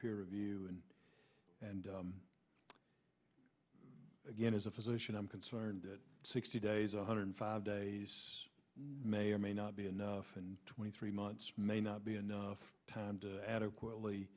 peer review and and again as a physician i'm concerned that sixty days one hundred five days may or may not be enough and twenty three months may not be enough time to adequately